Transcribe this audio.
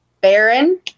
Baron